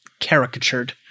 caricatured